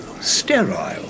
sterile